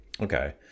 Okay